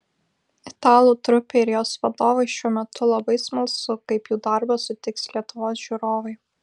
italų trupei ir jos vadovui šiuo metu labai smalsu kaip jų darbą sutiks lietuvos žiūrovai